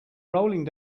rolling